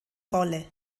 rolle